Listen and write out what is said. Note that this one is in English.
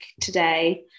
today